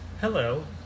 Hello